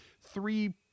three